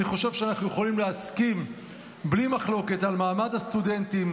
אני חושב שאנחנו יכולים להסכים בלי מחלוקת על מעמד הסטודנטים,